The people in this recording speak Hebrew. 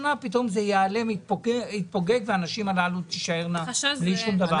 בעוד שנה פתאום זה ייעלם ויתפוגג והנשים בלי שום דבר.